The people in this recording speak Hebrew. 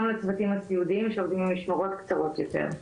לצוותים הסיעודיים שעובדים במשמרות קצרות יותר.